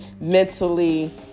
mentally